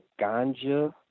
ganja